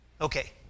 Okay